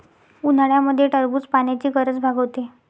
उन्हाळ्यामध्ये टरबूज पाण्याची गरज भागवते